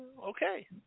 Okay